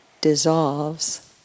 dissolves